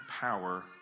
power